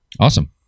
Awesome